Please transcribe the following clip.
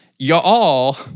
y'all